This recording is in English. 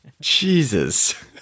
Jesus